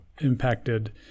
impacted